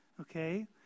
okay